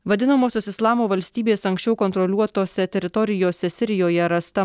vadinamosios islamo valstybės anksčiau kontroliuotose teritorijose sirijoje rasta